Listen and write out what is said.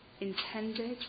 intended